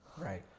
right